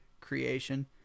creation